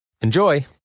Enjoy